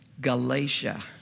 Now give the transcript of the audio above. Galatia